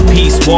Peace